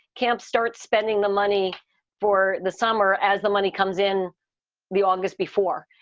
camps start spending the money for the summer as the money comes in the august before.